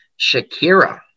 Shakira